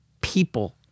people